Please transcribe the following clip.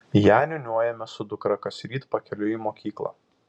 ją niūniuojame su dukra kasryt pakeliui į mokyklą